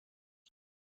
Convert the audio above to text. die